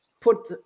put